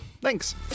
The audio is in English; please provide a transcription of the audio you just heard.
Thanks